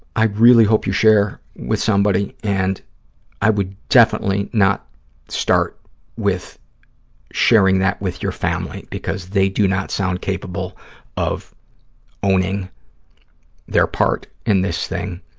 i really hope you share with somebody and i would definitely not start with sharing that with your family, because they do not sound capable of owning their part in this thing,